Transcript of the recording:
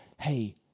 hey